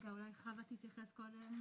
רגע, אולי חוה תתייחס קודם